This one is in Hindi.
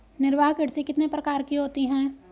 निर्वाह कृषि कितने प्रकार की होती हैं?